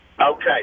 Okay